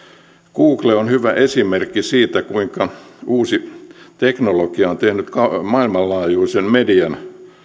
google on hyvä esimerkki siitä kuinka uusi teknologia on tehnyt maailmanlaajuisen median